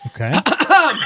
Okay